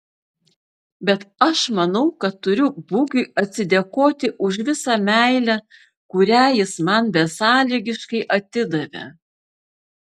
bet aš manau kad turiu bugiui atsidėkoti už visą meilę kurią jis man besąlygiškai atidavė